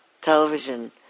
television